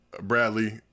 Bradley